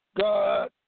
God